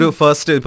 first